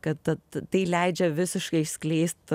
kad ta tai leidžia visiškai išskleist